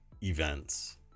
events